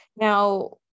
Now